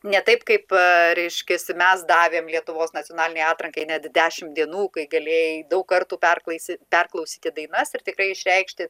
ne taip kaip reiškiasi mes davėm lietuvos nacionalinei atrankai net dešimt dienų kai galėjai daug kartų perklausėt perklausyti dainas ir tikrai išreikšti